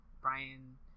Brian